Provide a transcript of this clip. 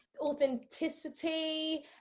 authenticity